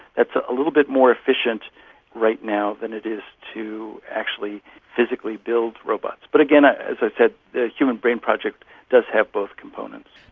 that's a little bit more efficient right now than it is to actually physically build robots. but again, ah as i said, the human brain project does have both components.